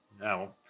no